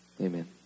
amen